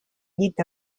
llit